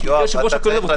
למה אתה חושש להביע את עמדתך?